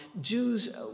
Jews